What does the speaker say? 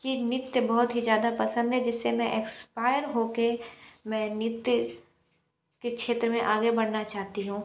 कि नृत्य बहुत ही ज़्यादा पसंद है जिससे मैं एक्सपायर होकर मैं नृत्य के क्षेत्र में आगे बढ़ना चाहती हूँ